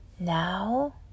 Now